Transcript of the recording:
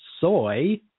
soy